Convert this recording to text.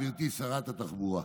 גברתי שרת התחבורה,